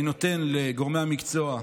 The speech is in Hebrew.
אני נותן לגורמי המקצוע,